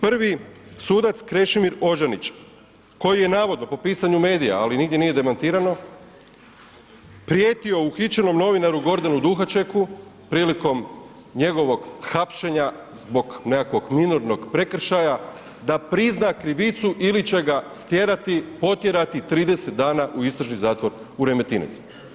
Prvi sudac Krešimir Ožanić koji je navodno po pisanju medija, ali nigdje nije demantirano prijetio uhićenom novinaru Gordanu Duhačeku prilikom njegovog hapšenja zbog nekakvog minornog prekršaja da prizna krivicu ili će ga stjerati, potjerati 30 dana u istražni zatvor u Remetinec.